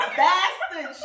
bastard